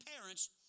parents